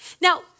Now